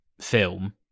film